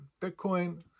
Bitcoin